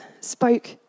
spoke